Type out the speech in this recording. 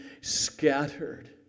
scattered